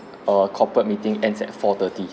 err corporate meeting ends at four thirty